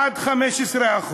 עד 15%,